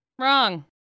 Wrong